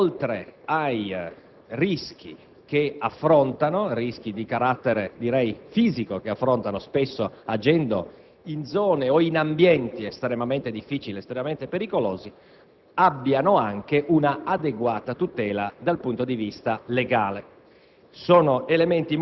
in modo che oltre ai rischi di carattere fisico che affrontano spesso, agendo in zone o in ambienti estremamente difficili ed estremamente pericolosi, abbiano anche un'adeguata tutela dal punto di vista legale.